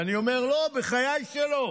ואני אומר: לא, בחיי שלא.